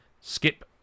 skip